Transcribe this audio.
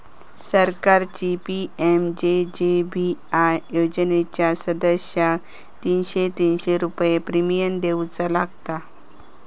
सरकारची पी.एम.जे.जे.बी.आय योजनेच्या सदस्यांका तीनशे तीनशे रुपये प्रिमियम देऊचा लागात